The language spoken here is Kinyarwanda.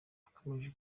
nakomeje